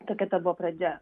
tokia ta buvo pradžia